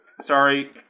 sorry